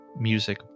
music